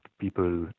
people